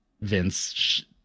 Vince